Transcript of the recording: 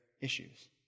issues